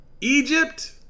egypt